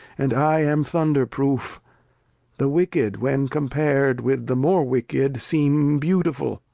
and i am thunder proof the wicked, when compar'd with the more wicked, seem beautiful,